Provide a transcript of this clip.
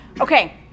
Okay